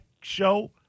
show